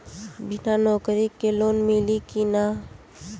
बिना नौकरी के लोन मिली कि ना?